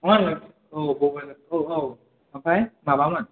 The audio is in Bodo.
औ बौ बाजाराव औ औ ओमफाय माबामोन